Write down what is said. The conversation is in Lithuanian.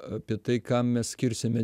apie tai kam mes skirsime